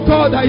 God